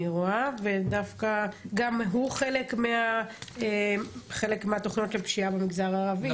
גם הוא חלק מהתוכנית נגד הפשיעה במגזר הערבי,